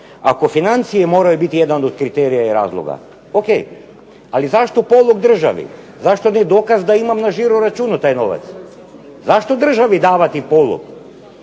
ako financije moraju biti jedan od kriterija i razloga, o.k. Ali zašto polog državi. Zašto ne dokaz da imam na žiro računu taj novac? Zašto državi davati polog?